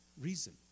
reason